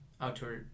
outdoor